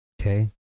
Okay